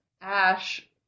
Ash